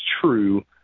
true